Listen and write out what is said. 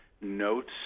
notes